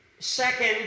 Second